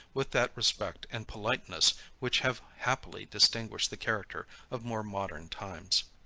with that respect and politeness which have happily distinguished the character of more modern times.